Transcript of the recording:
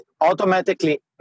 automatically